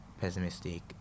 pessimistic